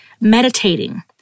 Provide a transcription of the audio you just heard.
meditating